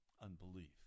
unbelief